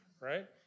right